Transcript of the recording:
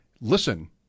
listen